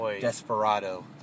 desperado